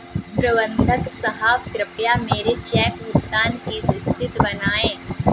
प्रबंधक साहब कृपया मेरे चेक भुगतान की स्थिति बताएं